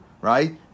right